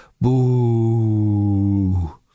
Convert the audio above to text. boo